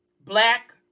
Black